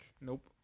Nope